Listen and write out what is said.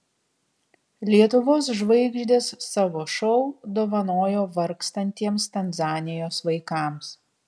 lietuvos žvaigždės savo šou dovanojo vargstantiems tanzanijos vaikams